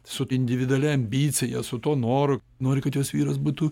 su individualia ambicija su tuo noru nori kad jos vyras būtų